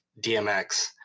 DMX